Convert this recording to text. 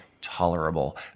tolerable